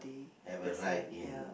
never ride in